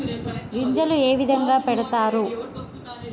గింజలు ఏ విధంగా పెడతారు?